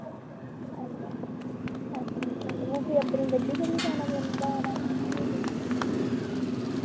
ते ओह् फ्ही अपनी गड्डी करियै जाना पौंदा होना